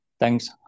Thanks